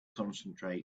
concentrate